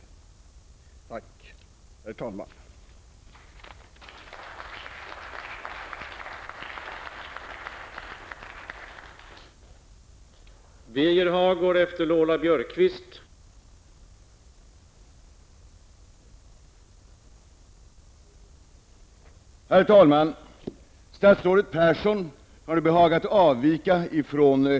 Tack, herr talman.